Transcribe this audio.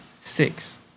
Six